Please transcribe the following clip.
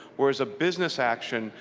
where as a business action,